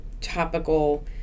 topical